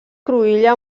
cruïlla